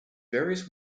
various